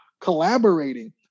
collaborating